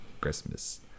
christmas